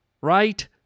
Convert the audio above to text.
right